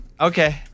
Okay